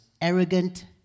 arrogant